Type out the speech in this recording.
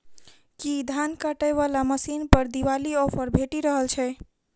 की धान काटय वला मशीन पर दिवाली ऑफर भेटि रहल छै?